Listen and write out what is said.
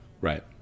Right